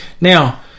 Now